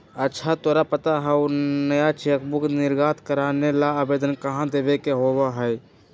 अच्छा तोरा पता हाउ नया चेकबुक निर्गत करावे ला आवेदन कहाँ देवे के होबा हई?